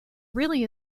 really